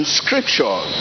scripture